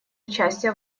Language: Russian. участие